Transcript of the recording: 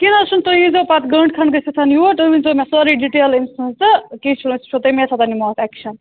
کیٚنٛہہ نہَ حظ چھُنہٕ تُہۍ ییٖزیٚو پَتہٕ گنٛٹہٕ کھنٛڈ گٔژھِتھ یوٗر تُہۍ ؤنۍزیٚو مےٚ سٲری ڈِٹیل أمۍ سٕنٛز تہٕ کیٚنٛہہ چھُنہٕ أسۍ وُچھُو تَمے ساتہٕ نِمو اَتھ ایٚکشَن